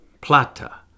Plata